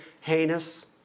heinous